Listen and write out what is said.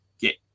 get